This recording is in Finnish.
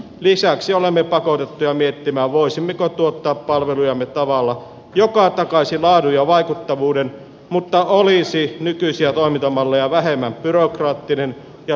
lisäksi olemme pakotettuja miettimään voisimmeko tuottaa palvelujamme tavalla joka takaisi laadun ja vaikuttavuuden mutta olisi nykyisiä toimintamalleja vähemmän byrokraattinen ja taloudellisempi